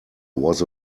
was